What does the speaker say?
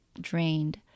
drained